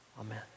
Amen